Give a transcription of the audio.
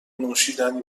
نوشیدنی